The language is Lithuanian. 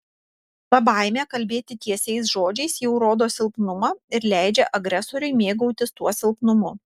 ta baimė kalbėti tiesiais žodžiais jau rodo silpnumą ir leidžia agresoriui mėgautis tuo silpnumu